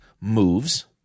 moves